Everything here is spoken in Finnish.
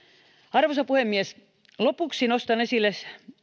arvoisa puhemies lopuksi nostan esille